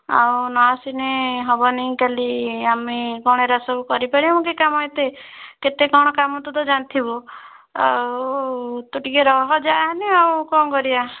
ଆଉ ନ ଆସିନି ହେବନି କାଲି ଆମେ କ'ଣ ଏରା ସବୁ କରିପାରିବୁ କି କାମ ଏତେ କେତେ କ'ଣ କାମ ତ ଜାଣିଥିବୁ ଆଉ ତୁ ଟିକିଏ ରହ ଯାଆନି ଆଉ କ'ଣ କରିବା